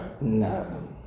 No